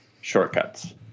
Shortcuts